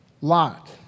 Lot